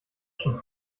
schon